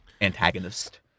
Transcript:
antagonist